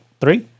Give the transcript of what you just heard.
Three